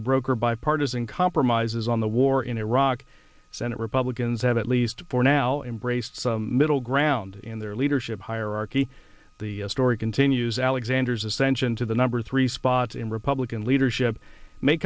to broker bipartisan compromises on the war in iraq senate republicans have at least for now embraced some middle ground in their leadership hierarchy the story continues alexander's ascension to the number three spot in republican leadership may